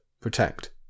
Protect